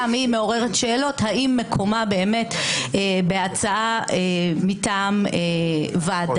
גם היא מעוררת שאלות האם מקומה באמת בהצעה מטעם ועדה.